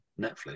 Netflix